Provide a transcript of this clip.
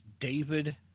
David